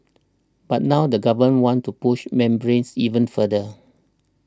but now the Government wants to push membranes even further